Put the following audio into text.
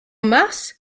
mars